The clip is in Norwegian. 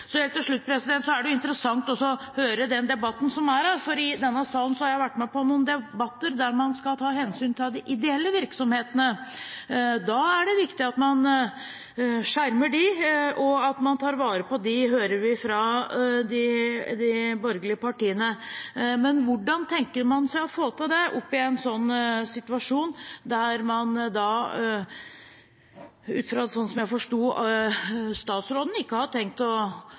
Så helt til slutt: Det er jo interessant å høre den debatten som er, for i denne salen har jeg vært med på noen debatter der man skal ta hensyn til de ideelle virksomhetene. Da er det viktig at man skjermer dem, og at man tar vare på dem, hører vi fra de borgerlige partiene. Men hvordan tenker man seg å få til det oppe i en sånn situasjon der man – ut fra sånn jeg forsto statsråden – ikke har tenkt å